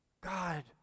God